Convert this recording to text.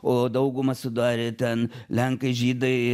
o daugumą sudarė ten lenkai žydai